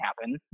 happen